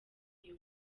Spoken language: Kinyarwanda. iyo